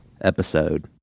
episode